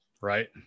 Right